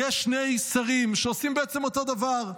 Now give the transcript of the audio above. יש שני שרים שעושים בעצם אותו דבר: